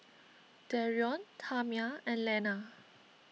Darrion Tamia and Lenna